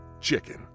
chicken